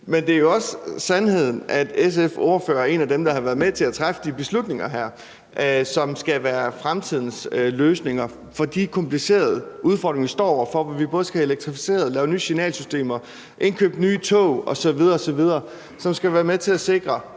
Men sandheden er også, at SF's transportordfører er en af dem, der har været med til at træffe de her beslutninger, som skal være fremtidens løsninger på de komplicerede udfordringer, vi står over for, hvor vi både skal have det elektrificeret, have lavet nye signalsystemer og indkøbe nye tog osv., hvilket skal være med til at sikre,